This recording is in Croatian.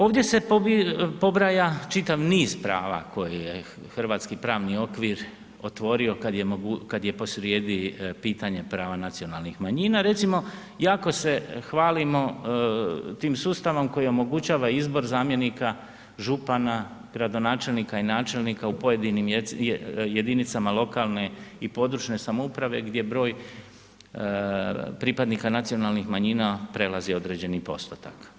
Ovdje se pobraja čitav niz prava koje je hrvatski pravni okvir otvorio kad je posrijedi pitanje prava nacionalnih manjina, recimo jako se hvalimo tim sustavom koji omogućava izbor zamjenika župana, gradonačelnika i načelnika u pojedinim jedinicama lokalne i područne samouprave gdje broj pripadnika nacionalnih manjina prelazi određeni postotak.